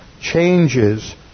changes